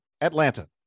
atlanta